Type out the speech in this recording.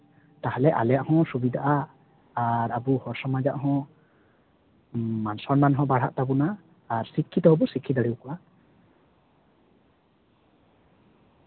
ᱛᱟᱦᱞᱮ ᱟᱞᱮᱭᱟᱜ ᱦᱚᱸ ᱥᱩᱵᱤᱫᱷᱟᱜᱼᱟ ᱟᱨ ᱟᱵᱚ ᱦᱚᱲ ᱥᱚᱢᱟᱡᱟᱜ ᱦᱚᱸ ᱢᱟᱱ ᱥᱚᱢᱢᱟᱱ ᱦᱚᱸ ᱵᱟᱲᱦᱟᱜ ᱛᱟᱵᱚᱱᱟ ᱟᱨ ᱥᱤᱠᱠᱷᱤᱛᱚ ᱦᱚᱸ ᱥᱤᱠᱠᱷᱤᱛ ᱫᱟᱲᱮᱣᱟᱠᱚᱣᱟ